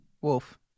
Wolf